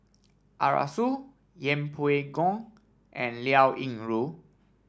Arasu Yeng Pway Ngon and Liao Yingru